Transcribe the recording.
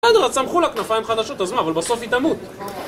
בסדר, אז צמחו לה כנפיים חדשות אז מה? אבל בסוף היא תמות